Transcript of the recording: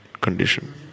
condition